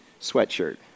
sweatshirt